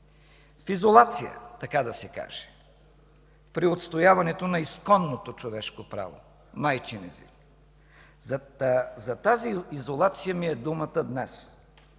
в изолация, така да се каже, при отстояването на исконното човешко право – майчин език. За тази изолация ми е думата днес.